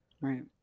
Right